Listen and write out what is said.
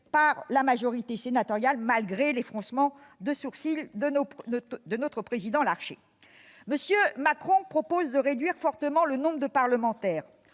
par la majorité sénatoriale, malgré les froncements de sourcils de notre président Larcher. M. Macron propose de réduire fortement le nombre de parlementaires.